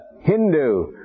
Hindu